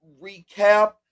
recap